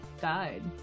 died